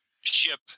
ship